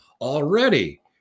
already